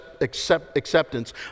acceptance